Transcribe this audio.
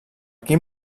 quin